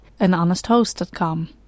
anhonesthost.com